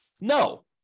No